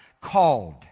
called